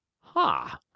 Ha